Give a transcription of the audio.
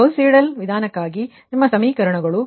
Gauss Seidel ವಿಧಾನಕ್ಕಾಗಿ ನಿಮ್ಮ ಸಮೀಕರಣಗಳು